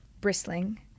bristling